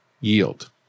yield